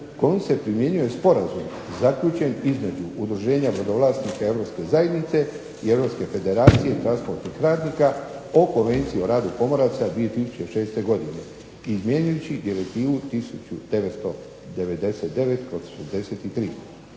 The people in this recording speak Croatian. se primjenjuje sporazum zaključen između udruženja brodovlasnika Europske zajednice i Europske federacije i transportnih radnika o Konvenciji o radu pomoraca 2006. godine izmjenjujući Direktivu 1999/63.